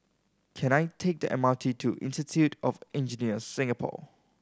can I take the M R T to Institute of Engineers Singapore